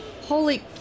Holy